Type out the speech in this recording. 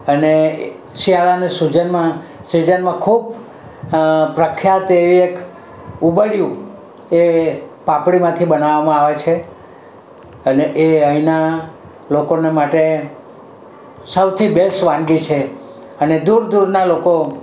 અને શિયાળાની સીઝનમાં સીઝનમાં ખુબ પ્રખ્યાત એવી એક ઉંબાડિયું એ પાપડીમાંથી બનાવવામાં આવે છે અને એ અહીંના લોકોને માટે સૌથી બેસ્ટ વાનગી છે અને દૂર દૂરના લોકો